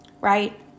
Right